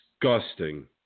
disgusting